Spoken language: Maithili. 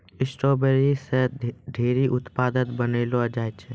स्ट्राबेरी से ढेरी उत्पाद बनैलो जाय छै